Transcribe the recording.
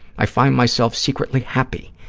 i find myself secretly happy,